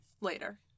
later